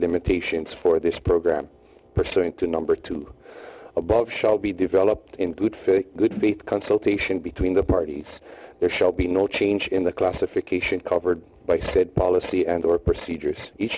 limitations for this program pursuant to number two above shall be developed in good faith good faith consultation between the parties there shall be no change in the classification covered by said policy and or procedures each